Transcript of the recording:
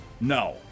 no